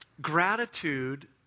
Gratitude